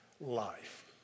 life